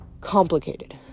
complicated